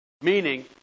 Meaning